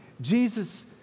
Jesus